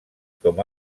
com